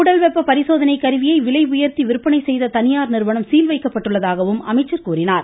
உடல் வெப்ப பரிசோதனை கருவியை விலை உயர்த்தி விற்பனை செய்த தனியார் நிறுவனம் சீல் வைக்கப்பட்டுள்ளதாக தெரிவித்தார்